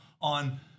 on